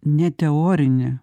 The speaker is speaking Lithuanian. ne teorinį